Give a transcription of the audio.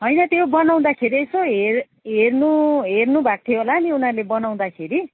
होइन त्यो बनाउँदाखेरि यसो हेर हेर्नु हेर्नुभएको थियो होला नि उनीहरूले बनाउँदाखेरि